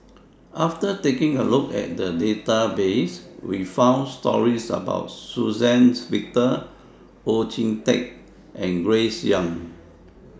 after taking A Look At The Database We found stories about Suzann Victor Oon Jin Teik and Grace Young